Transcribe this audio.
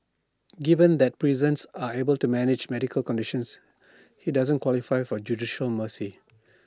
given that prisons are able to manage medical conditions he doesn't qualify for judicial mercy